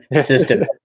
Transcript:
system